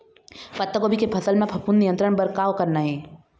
पत्तागोभी के फसल म फफूंद नियंत्रण बर का करना ये?